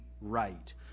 right